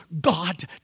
God